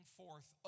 forth